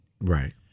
right